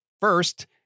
First